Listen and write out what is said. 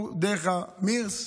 או דרך המירס,